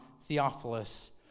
Theophilus